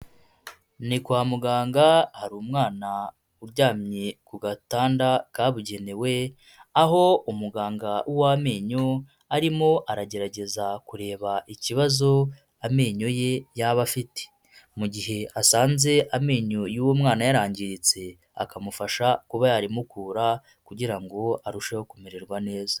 Ni kwa muganga hari umwana uryamye ku gatanda kabugenewe, aho umuganga w'amenyo arimo aragerageza kureba ikibazo amenyo ye yaba afite. Mu gihe asanze amenyo y'uwo mwana yarangiritse, akamufasha kuba yarimukura kugira ngo arusheho kumererwa neza.